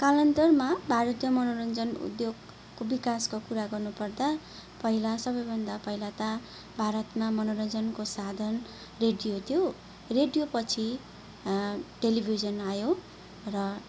कालान्तरमा भारतीय मनोञ्जन उद्योगको विकासको कुरा गर्नु पर्दा पहिला सबैभन्दा पहिला त भारतमा मनोरञ्जनको साधन रेडियो थियो रेडियो पछि टेलिभिजन आयो र